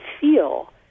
feel